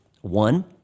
one